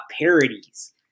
parodies